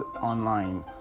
online